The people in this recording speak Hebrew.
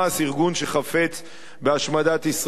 ארגון שחפץ בהשמדת ישראל.